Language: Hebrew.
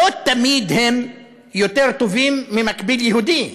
לא תמיד הם יותר טובים ממקביל יהודי.